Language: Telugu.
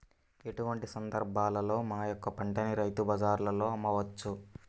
ఎటువంటి సందర్బాలలో మా యొక్క పంటని రైతు బజార్లలో అమ్మవచ్చు?